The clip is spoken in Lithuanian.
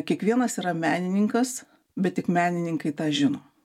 kiekvienas yra menininkas bet tik menininkai tą žino